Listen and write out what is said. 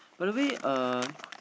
by the way uh